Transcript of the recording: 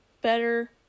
better